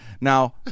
Now